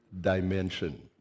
dimension